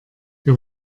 wir